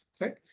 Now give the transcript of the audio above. right